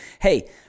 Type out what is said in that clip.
Hey